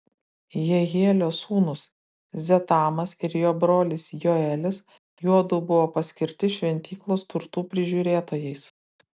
jehielio sūnūs zetamas ir jo brolis joelis juodu buvo paskirti šventyklos turtų prižiūrėtojais